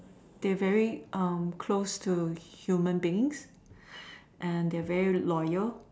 they very um close to human beings and they're very loyal